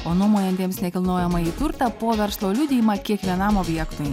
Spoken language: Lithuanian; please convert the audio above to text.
o nuomojantiems nekilnojamąjį turtą po verslo liudijimą kiekvienam objektui